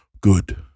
good